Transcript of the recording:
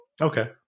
okay